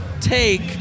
take